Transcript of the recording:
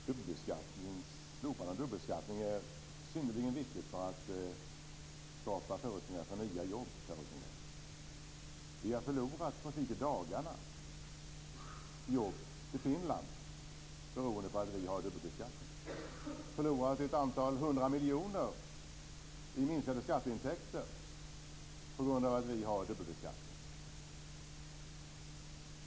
Herr talman! Slopande av dubbelbeskattningen är synnerligen viktigt för att skapa förutsättningar för nya jobb, Per Rosengren. Vi har precis i dagarna förlorat jobb till Finland beroende på att vi har dubbelbeskattning. Vi har förlorat ett antal hundra miljoner kronor i minskade skatteintäkter på grund av att vi har dubbelbeskattning.